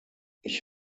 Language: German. ich